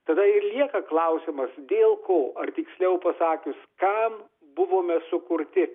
tada ir lieka klausimas dėl ko ar tiksliau pasakius kam buvome sukurti